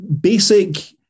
basic